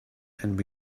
and